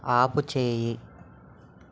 ఆపుచేయి